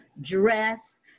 dress